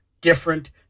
different